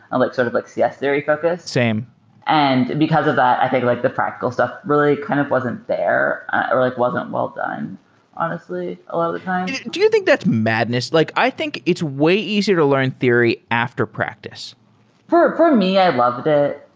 i'm like sort of like so yeah focused same and because of that, i think like the practical stuff really kind of wasn't there or like wasn't well done honestly a lot of the times. do you think that's madness? like i think it's way easier to learn theory after practice for for me, i loved it.